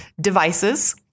devices